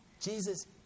Jesus